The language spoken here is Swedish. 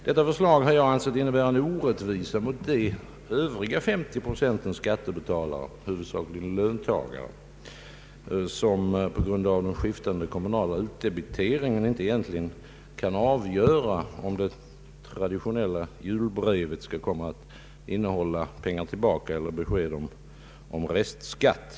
Jag har ansett detta förslag innebära en orättvisa mot de övriga 50 procenten av skattebetalare, huvudsakligen löntagare, som på grund av den skiftande kommunala utdebiteringen egentligen inte kan avgöra om det traditionella julbrevet skall komma att innehålla pengar eller besked om restskatt.